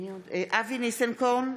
אבי ניסנקורן,